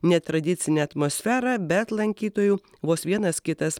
netradicinę atmosferą bet lankytojų vos vienas kitas